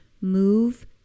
move